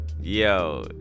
Yo